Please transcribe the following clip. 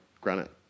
Granite